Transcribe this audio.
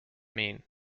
mean